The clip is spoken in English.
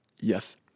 Yes